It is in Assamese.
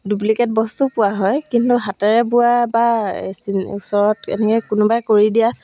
ডুপ্লিকেট বস্তুও পোৱা হয় কিন্তু হাতেৰে বোৱা বা চি ওচৰত এনেকৈ কোনোবাই কৰি দিয়া